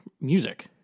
music